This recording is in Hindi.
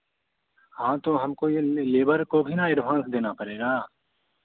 हाँ तो हमको यह लेबर को भी ना एडव्हांस देना पड़ेगा